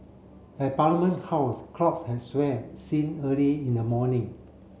at Parliament House crowds had seelled since early in the morning